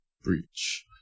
Breach